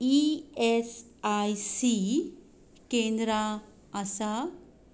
E S I C केंद्रां आसा